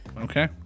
Okay